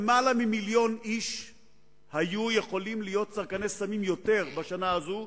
היו יכולים להיות יותר מלמעלה ממיליון איש צרכני סמים בשנה הזו.